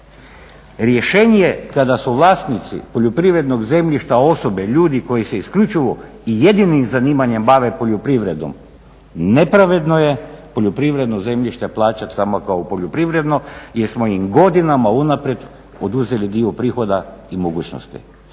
Rješenje kada su vlasnici poljoprivrednog zemljišta osobe, ljudi koji se isključivo i jedinim zanimanjem bave poljoprivrednom nepravedno je poljoprivredno zemljište plaćati samo kao poljoprivredno jer smo im godinama unaprijed oduzeli dio prihoda i mogućnost.